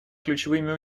ключевыми